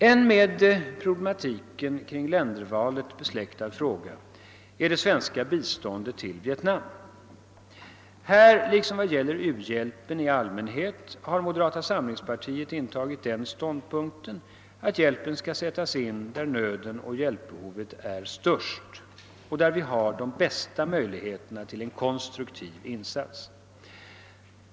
En med problematiken kring ländervalet besläktad fråga är det svenska biståndet till Vietnam. Här liksom när det gäller u-hjälpen i allmänhet har moderata samlingspartiet intagit den ståndpunkten att hjälpen skall sättas in där nöden och hjälpbehovet är störst och där vi har de bästa möjligheterna att göra en konstruktiv insats.